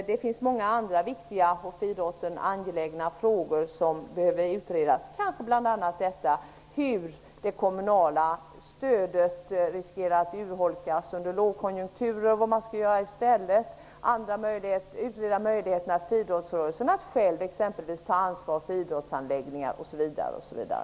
Det finns många andra angelägna frågor inom idrotten som behöver utredas, kanske bl.a. det kommunala stödet, som riskerar att urholkas under en lågkonjunktur, och vad som kan göras i stället. Man kan t.ex. utreda möjligheten för idrottsrörelsen att själv ta ansvar för idrottsanläggningar osv.